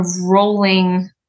rolling